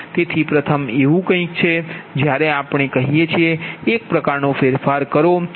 તેથી પ્રથમ એવું કંઈક છે જ્યારે આપણે કહીએ કે એક પ્રકારનો ફેરફાર કરો